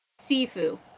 Sifu